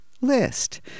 list